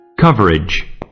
Coverage